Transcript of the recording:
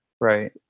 Right